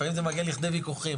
לפעמים זה מגיע לכדי ויכוחים,